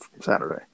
Saturday